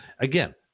Again